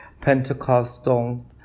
Pentecostal